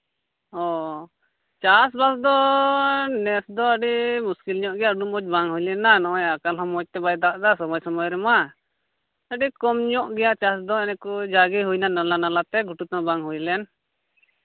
ᱚ ᱪᱟᱥᱼᱵᱟᱥ ᱫᱚ ᱱᱮᱛᱟᱨ ᱫᱚ ᱟᱹᱰᱤ ᱢᱩᱥᱠᱤᱞ ᱧᱚᱜ ᱜᱮᱭᱟ ᱩᱱᱟᱹᱜ ᱢᱚᱡᱽ ᱵᱟᱝ ᱦᱩᱭ ᱞᱮᱱᱟ ᱱᱚᱜᱼᱚᱭ ᱟᱠᱟᱞ ᱦᱚᱸ ᱢᱚᱡᱽ ᱛᱮ ᱵᱟᱭ ᱫᱟᱜ ᱮᱫᱟ ᱥᱚᱢᱚᱭ ᱥᱚᱢᱚᱭ ᱨᱮᱢᱟ ᱟᱹᱰᱤ ᱠᱚᱢ ᱧᱚᱜ ᱜᱮᱭᱟ ᱪᱟᱥ ᱫᱚ ᱩᱱᱠᱩ ᱡᱟᱜᱮ ᱦᱩᱭᱱᱟ ᱱᱟᱞᱟ ᱱᱟᱞᱟᱛᱮ ᱜᱷᱩᱴᱩ ᱛᱮᱦᱚᱸ ᱵᱟᱝ ᱦᱩᱭ ᱞᱮᱱ